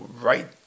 right